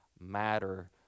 matter